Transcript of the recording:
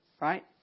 right